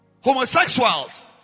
homosexuals